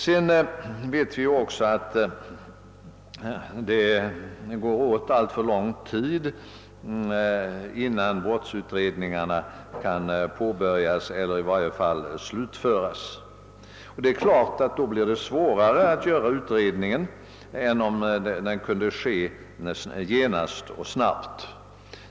Vi vet också att det tar alltför lång tid, innan brottsutredningarna kan påbörjas eller i varje fall slutföras. Det är klart att det då blir svårare att göra utredningen än om den kunde ske genast och snabbt.